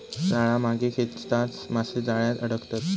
जाळा मागे खेचताच मासे जाळ्यात अडकतत